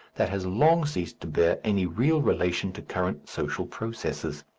that has long ceased to bear any real relation to current social processes.